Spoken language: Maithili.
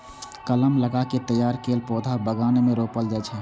कलम लगा कें तैयार कैल पौधा बगान मे रोपल जाइ छै